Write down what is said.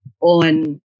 on